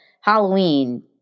Halloween